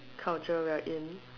culture we're in